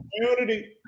community